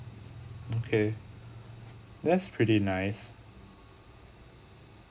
okay that's pretty nice